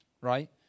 right